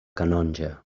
canonja